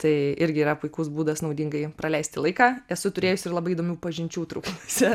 tai irgi yra puikus būdas naudingai praleisti laiką esu turėjus ir labai įdomių pažinčių traukiniuose